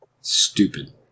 stupid